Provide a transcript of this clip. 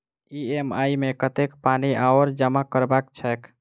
EMI मे कतेक पानि आओर जमा करबाक छैक?